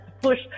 push